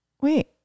Wait